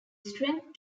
strength